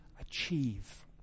achieve